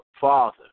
father